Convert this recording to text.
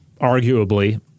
arguably